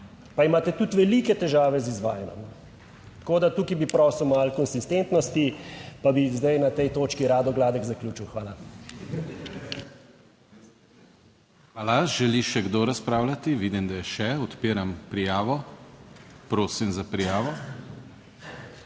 pa imate tudi velike težave z izvajanjem. Tako da, tukaj bi prosil malo konsistentnosti, pa bi zdaj na tej točki Rado Gladek zaključil. Hvala. **PODPREDSEDNIK DANIJEL KRIVEC:** Hvala. Želi še kdo razpravljati? Vidim, da je še. Odpiram prijavo. Prosim za prijavo.